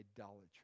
idolatry